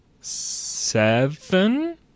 Seven